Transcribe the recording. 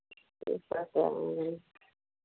आऍंगे